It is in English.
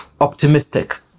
optimistic